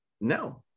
No